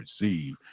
receive